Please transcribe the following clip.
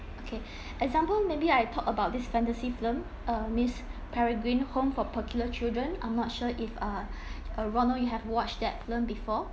okay example maybe I talk about this fantasy film uh miss peregrine home for peculiar children I'm not sure if uh uh ronald you have watched that film before